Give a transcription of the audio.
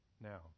Now